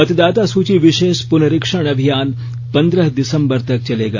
मतदाता सूची विशेष प्रनरीक्षण अभियान पंद्रह दिसंबर तक चलेगा